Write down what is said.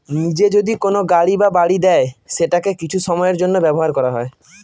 নিজে যদি কোনো গাড়ি বা বাড়ি দেয় সেটাকে কিছু সময়ের জন্য ব্যবহার করা হয়